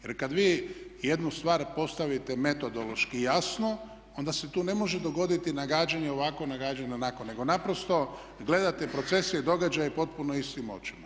Jer kad vi jednu stvar postavite metodološki jasno, onda se tu ne može dogoditi nagađanje ovako, nagađanje onako nego naprosto gledate procese i događaje potpuno istim očima.